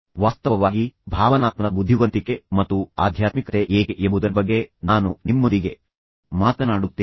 ವಾಸ್ತವವಾಗಿ ಭಾವನಾತ್ಮಕ ಬುದ್ಧಿವಂತಿಕೆ ಮತ್ತು ಆಧ್ಯಾತ್ಮಿಕತೆ ಏಕೆ ಎಂಬುದರ ಬಗ್ಗೆ ನಾನು ನಿಮ್ಮೊಂದಿಗೆ ಮಾತನಾಡುತ್ತೇನೆ